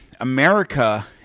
america